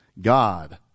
God